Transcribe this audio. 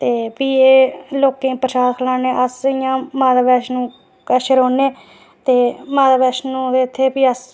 ते भी लोकें ई प्रसाद खलान्ने अस इ'यां माता वैष्णो कश रौह्न्ने ते माता वैष्णो भी इत्थै अस